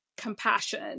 compassion